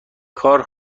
کار